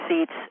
seats